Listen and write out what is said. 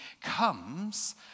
comes